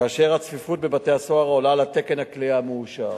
כאשר הצפיפות בבתי-הסוהר עולה על תקן הכליאה המאושר.